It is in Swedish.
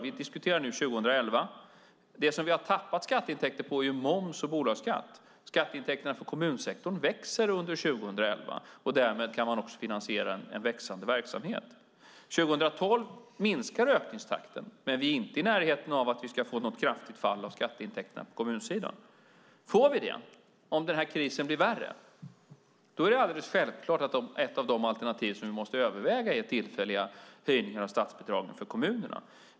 Vi diskuterar nu 2011. Det som vi har tappat skatteintäkter på är moms och bolagsskatt. Skatteintäkterna på kommunsektorn växer under 2011, och därmed kan man finansiera en växande verksamhet. År 2012 minskar ökningstakten, men vi är inte i närheten av att få något kraftigt fall av skatteintäkterna på kommunsidan. Om vi får det, om krisen blir värre, är det självklart att ett av de alternativ som vi måste överväga är tillfälliga höjningar av statsbidragen för kommunerna.